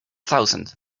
thousand